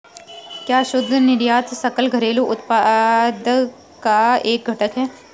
क्या शुद्ध निर्यात सकल घरेलू उत्पाद का एक घटक है?